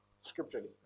Scripturally